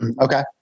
Okay